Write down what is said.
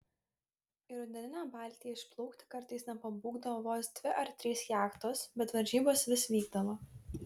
į rudeninę baltiją išplaukti kartais nepabūgdavo vos dvi ar trys jachtos bet varžybos vis vykdavo